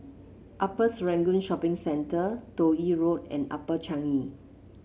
Upper Serangoon Shopping Centre Toh Yi Road and Upper Changi